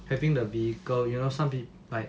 having the vehicle you know some peop~ like